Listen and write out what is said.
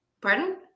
Pardon